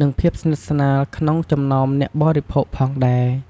និងភាពស្និទ្ធស្នាលក្នុងចំណោមអ្នកបរិភោគផងដែរ។